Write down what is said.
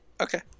Okay